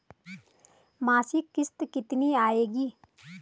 मासिक किश्त कितनी आएगी?